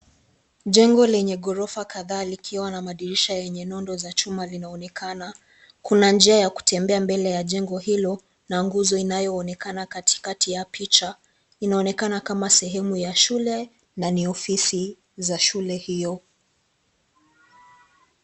Jengo lenye ghorofa kadhaa likiwa na madirisha yenye nondo za chuma linaonekana, kuna njia ya kutembea mbele ya jengo hilo, na guzo inayoonekana katikati ya picha, inaonekana kama sehemu ya shule, na ni ofisi za shule hiyo.